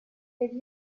with